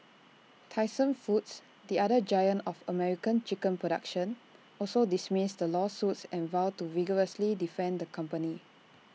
Tyson foods the other giant of American chicken production also dismissed the lawsuits and vowed to vigorously defend the company